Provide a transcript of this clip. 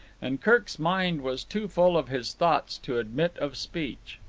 and kirk's mind was too full of his thoughts to admit of speech.